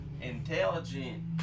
Intelligent